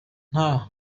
nta